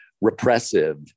repressive